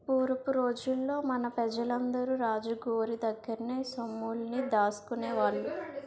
పూరపు రోజుల్లో మన పెజలందరూ రాజు గోరి దగ్గర్నే సొమ్ముల్ని దాసుకునేవాళ్ళు